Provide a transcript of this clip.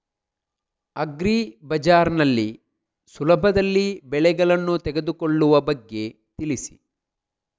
agri Bazaar ನಲ್ಲಿ ಸುಲಭದಲ್ಲಿ ಬೆಳೆಗಳನ್ನು ತೆಗೆದುಕೊಳ್ಳುವ ಬಗ್ಗೆ ತಿಳಿಸಿ